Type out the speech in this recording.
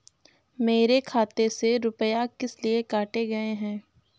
मेरे खाते से रुपय किस लिए काटे गए हैं?